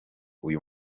uyu